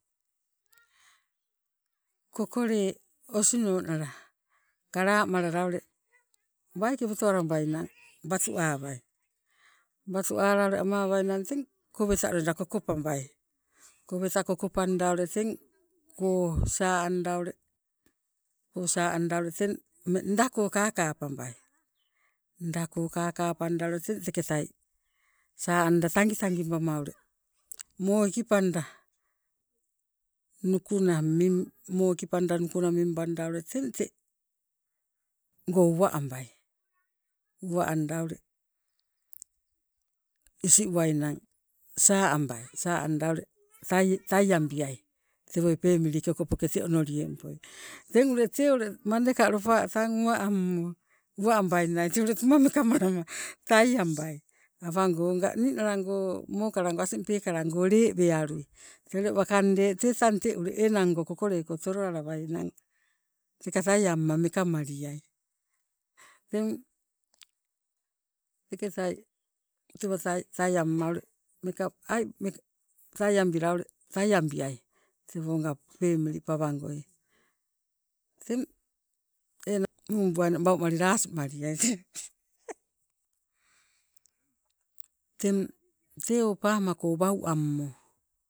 kokole osino nala kalamalala ule waiki woto walabainang watu awai, watu ala amawainang napo koweta loida kokopambai koweta kokopanda teng koo saa anda ule, koo saa anda ule ummeng nda ko kakapambai, nda ko kakapanda ule teng teketai saa anda tangitagi bama ule, moo ikipanda nukuna mim- moo ikipanda nukuna mimbanda teng tengo uwa ambai, uwa anda ule isi uwainang ule saa ambai saa anda ule taiambiai tewoi pemilike okopoke tee onoliengpoi. Teng ule tee ule mandeka lopa tang uwa ammo, uwa ambaingnai tee ule tuma meka malama taiambai awango oga ninalago mokalango asing lee wealui tee ule wakang lee tee tang ule te enango kokoleko toloalawainang teka taiamma meka maliai. Teng teketai tewa taiamma ule taiambiai tewonga pemili pawangoi. Teng enang muu buainang waumalila asimaliai teng tee o pama ko wau ammo